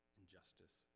injustice